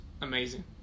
amazing